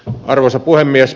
arvoisa puhemies